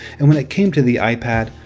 and when it came to the ipad,